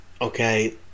okay